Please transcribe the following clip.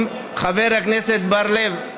חבר הכנסת בר-לב,